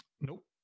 Nope